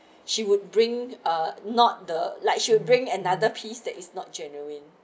she would bring ah not the like she will bring another piece that is not genuine